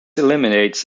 eliminates